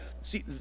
see